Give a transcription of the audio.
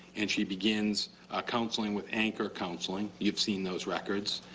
and she begins counseling with anchor counseling. you have seen those records.